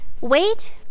wait